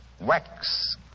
wax